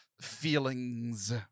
feelings